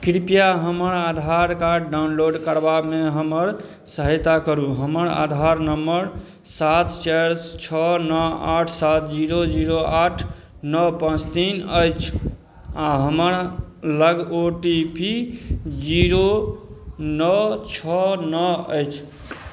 कृपया हमर Aadhaar card download करबामे हमर सहायता करू हमर आधार नम्बर सात चारि छओ नओ आठ सात जीरो जीरो आठ नओ पाँच तीन अछि आ हमरा लग ओ टी पी जीरो नओ छओ नओ अछि